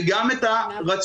וגם את הרציונל.